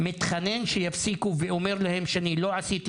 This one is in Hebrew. מתחנן שיפסיקו ואומר להם שאני לא עשיתי